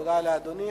תודה לאדוני.